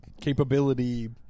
capability